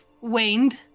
waned